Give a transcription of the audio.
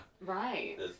right